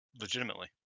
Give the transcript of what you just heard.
legitimately